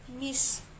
miss